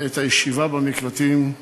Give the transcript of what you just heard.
ואת הישיבה במקלטים.